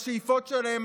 השאיפות שלהם,